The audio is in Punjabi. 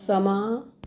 ਸਮਾਂ